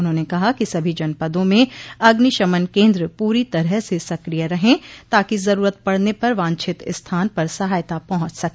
उन्होंने कहा कि सभी जनपदों में अग्निशमन केन्द्र पूरी तरह से सक्रिय रहे ताकि जरूरत पड़ने पर वांछित स्थान पर सहायता पहुंच सके